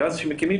אם מחר,